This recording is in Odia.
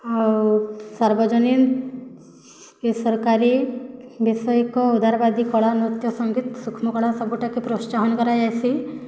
ଆଉ ସାର୍ବଜନୀନ୍ ବେସରକାରୀ ବୈଷୟିକ ଉଦାରବାଦୀ କଳା ନୃତ୍ୟ ସଙ୍ଗୀତ୍ ସୂକ୍ଷ୍ମକଳା ସବୁଟାକି ପ୍ରୋତ୍ସାହନ୍ କରାଯାଇସି